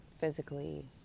physically